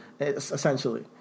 essentially